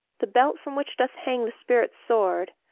the belt from which doth hang the spirit's sword,